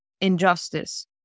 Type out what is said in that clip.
injustice